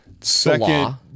Second